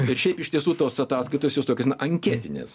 ir šiaip iš tiesų tos ataskaitos jos tokios na anketinės